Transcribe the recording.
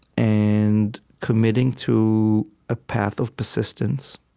and committing to a path of persistence,